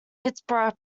pittsburgh